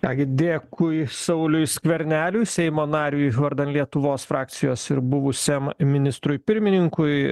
ką gi dėkui sauliui skverneliui seimo nariui vardan lietuvos frakcijos ir buvusiam ministrui pirmininkui